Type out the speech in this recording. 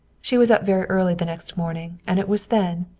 she was up very early the next morning, and it was then,